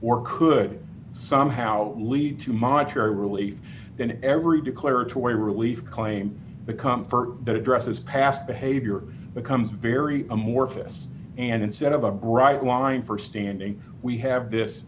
or could somehow lead to monetary relief then every declaratory relief claim the comfort that addresses past behavior becomes very amorphous and instead of a bright line for standing we have this